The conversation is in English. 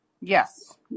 Yes